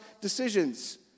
decisions